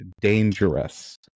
dangerous